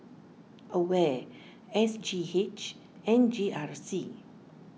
Aware S G H and G R C